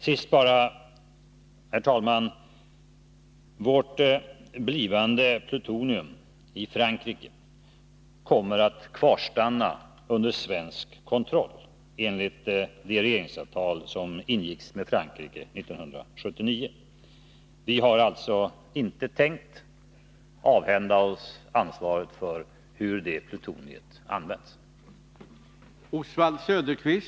Till sist, herr talman: Vårt blivande plutonium i Frankrike kommer enligt ett regeringsavtal som ingicks med Frankrike 1979 att kvarstanna under svensk kontroll. Vi har alltså inte tänkt avhända oss ansvaret för hur det plutoniet används.